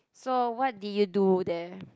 so what did you do there